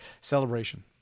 celebration